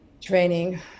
training